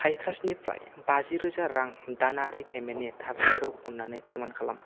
साइट्रासनिफ्राय बाजिरोजा रां दानारि पेमेन्टनि थारथिखौ अन्नानै फोरमान खालाम